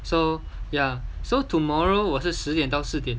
so ya so tomorrow 我是十点到四点